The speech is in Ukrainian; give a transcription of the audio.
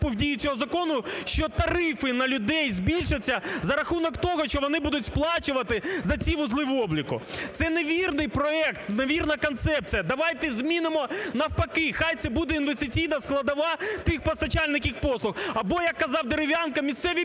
в дію цього закону, що тарифи на людей збільшаться за рахунок того, що вони будуть сплачувати за ці вузли-обліку. Це не вірний проект, не вірна концепція давайте змінимо навпаки, хай це буде інвестиційна складова тих постачальників послуг. Або як казав Дерев'янко, місцеві